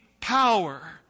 power